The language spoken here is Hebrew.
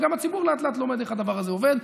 וגם הציבור לאט-לאט לומד איך הדבר הזה עובד.